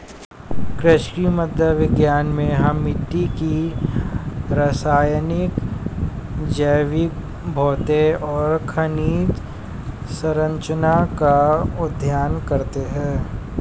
कृषि मृदा विज्ञान में हम मिट्टी की रासायनिक, जैविक, भौतिक और खनिज सरंचना का अध्ययन करते हैं